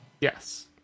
Yes